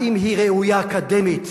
האם היא ראויה אקדמית,